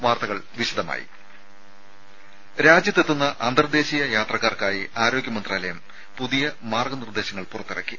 വാർത്തകൾ വിശദമായി രാജ്യത്ത് എത്തുന്ന അന്തർദേശീയ യാത്രക്കാർക്കായി ആരോഗ്യ മന്ത്രാലയം പുതിയ മാർഗ്ഗ നിർദ്ദേശങ്ങൾ പുറത്തിറക്കി